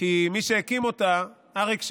כי מי שהקים אותה, אריק שרון,